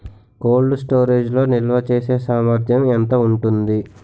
Cold storage లో నిల్వచేసేసామర్థ్యం ఎంత ఉంటుంది?